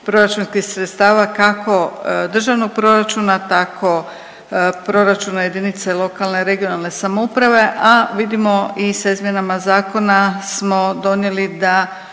proračunskih sredstava kako državnog proračuna tako proračuna JLRS, a vidimo i s izmjenama zakona smo donijeli da